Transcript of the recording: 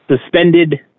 suspended